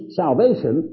salvation